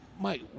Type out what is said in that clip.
Mike